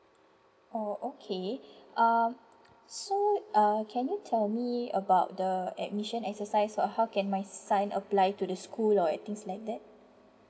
oh okay um so uh can you tell me about the admission exercise or how can my son apply to the school or at things like that